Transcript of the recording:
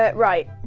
but right